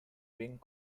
wing